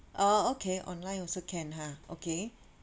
oh okay online also can ha okay